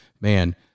man